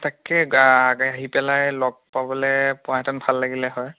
তাকে গা আহি পেলাই লগ পাবলৈ পোৱাহেঁতেন ভাল লাগিল হয়